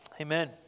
Amen